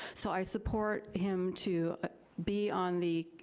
so i support him to be on the